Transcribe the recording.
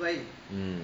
mm